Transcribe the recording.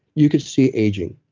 you could see aging.